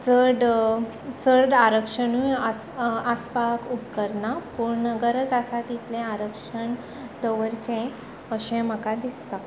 चड चड आरक्षणूय आस आसपाक उपकरना पूण गरज आसा तितलें आरक्षण दवरचें अशें म्हाका दिसता